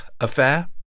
affair